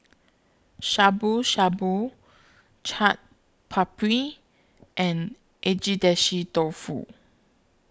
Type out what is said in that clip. Shabu Shabu Chaat Papri and Agedashi Dofu